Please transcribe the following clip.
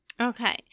Okay